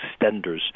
extenders